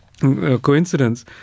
coincidence